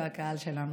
הקהל שלנו,